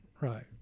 Right